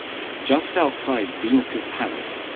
just outside venus's palace,